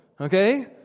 okay